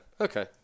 Okay